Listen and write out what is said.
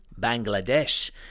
Bangladesh